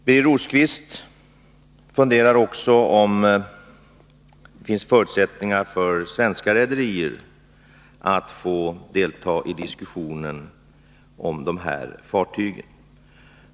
Birger Rosqvist undrar också om det finns förutsättningar för de svenska rederierna att få delta i diskussionen om de här fartygen.